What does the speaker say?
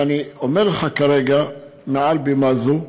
ואני אומר לך כרגע מעל בימה זו,